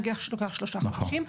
נגיד שלוקח שלושה חודשים.